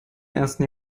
ersten